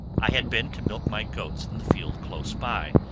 i had been to milk my goats in the field close by,